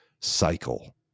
cycle